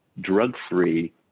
drug-free